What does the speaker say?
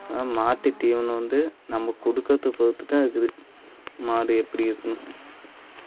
அதனால் மாட்டுத் தீவனம் வந்து நம்ம கொடுக்கறத்த பொறுத்து தான் இருக்குது மாடு எப்படி இருக்கும்னு